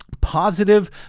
positive